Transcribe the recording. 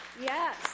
Yes